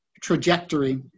trajectory